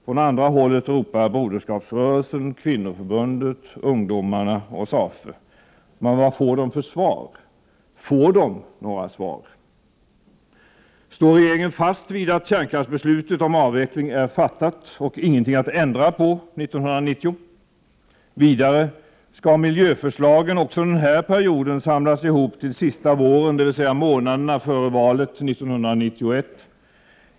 Från andra hållet ropar Broderskapsrörelsen, Kvinnoförbundet, ungdomarna och SAFE. Men vad får de för svar? Får de något svar? Står regeringen fast vid att kärnkraftsbeslutet om avveckling är fattat och ingenting att ändra på 1990? Vidare, skall miljöförslagen också den här perioden samlas ihop till sista våren, dvs. månaderna före valet 1991?